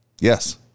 Yes